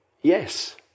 yes